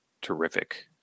terrific